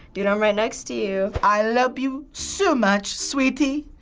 dude, i'm right next to you. i lobe you so much sweetie.